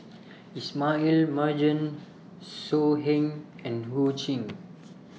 Ismail Marjan So Heng and Ho Ching